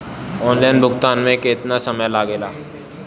Online भुगतान में केतना समय लागेला?